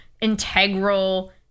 integral